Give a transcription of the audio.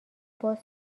باز